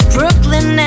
Brooklyn